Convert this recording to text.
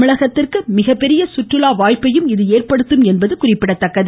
தமிழகத்திற்கு மிகப்பெரிய கற்றுலா வாய்ப்பையும் இது ஏற்படுத்தும் என்பது குறிப்பிடத்தக்கது